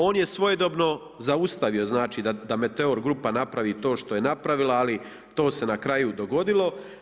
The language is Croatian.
On je svojedobno zaustavio znači da Meteor grupa napravi to što je napravila ali to se na kraju dogodilo.